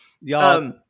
Y'all